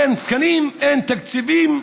אין תקנים, אין תקציבים,